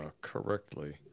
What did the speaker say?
correctly